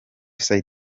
site